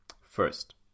First